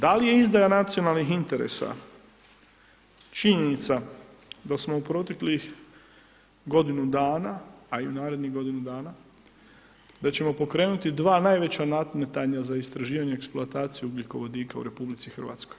Da li je izdaja nacionalnih interesa, činjenica, dok smo u proteklih godinu dana, a i u narednih godinu dana, da ćemo pokrenuti dva najveća … za istraživanje eksploatacije ugljikovodika u RH.